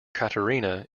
katerina